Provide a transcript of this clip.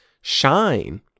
shine